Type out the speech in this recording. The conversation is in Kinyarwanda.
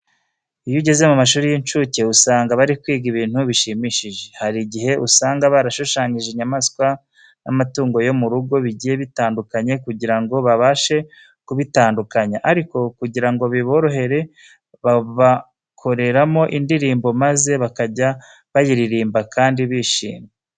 Iyo ugeze mu mashuri y'incuke usanga bari kwiga ibintu bishimishije. Hari igihe usanga barabashushanyirije inyamaswa n'amatungo yo mu rugo bigiye bitandukanye kugira ngo babashe kubitandukanya, ariko kugira ngo biborohere babakoreramo indirimbo maze bakajya bayiririmba kandi bishimye.